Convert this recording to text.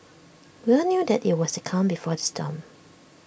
we all knew that IT was the calm before the storm